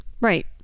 Right